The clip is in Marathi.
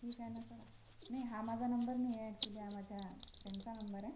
ठीक आहे ना सर नाही हा माझा नंबर नाही आहे ॲक्च्युली हा माझ्या फ्रेंडचा नंबर आहे